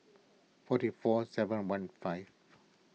forty four seven one five